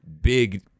big